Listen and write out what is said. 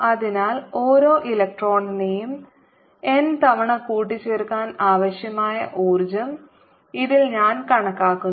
അതിനാൽ ഓരോ ഇലക്ട്രോണിനെയും n തവണ കൂട്ടിച്ചേർക്കാൻ ആവശ്യമായ ഊർജ്ജം ഇതിൽ ഞാൻ കണക്കാക്കുന്നു